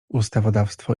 ustawodawstwo